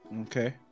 Okay